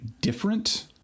different